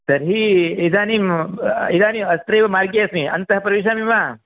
तर्हि इदानीम् इदानीम् अत्रैव मार्गे अस्मि अन्तः प्रविशामि वा